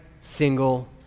single